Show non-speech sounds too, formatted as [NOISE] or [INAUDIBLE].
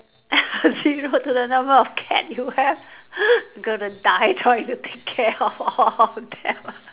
[LAUGHS] zero to the number of cat you have [LAUGHS] I'm going to die take care of all of them